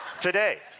today